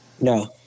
no